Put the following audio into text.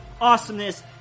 awesomeness